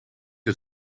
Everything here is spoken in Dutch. dat